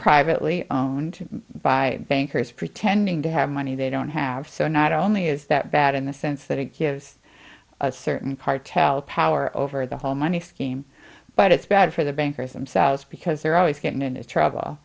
privately owned by bankers pretending to have money they don't have so not only is that bad in the sense that it gives a certain part tell power over the whole money scheme but it's bad for the bankers themselves because they're always getting into trouble